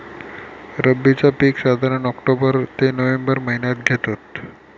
रब्बीचा पीक साधारण ऑक्टोबर ते नोव्हेंबर महिन्यात घेतत